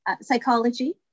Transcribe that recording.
Psychology